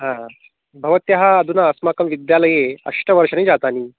हा भवत्याः अधुना अस्माकं विद्यालये अष्टवर्षणि जातानि